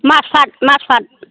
माजफाद माजफाद